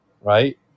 Right